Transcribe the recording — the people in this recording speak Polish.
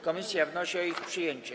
Komisja wnosi o ich przyjęcie.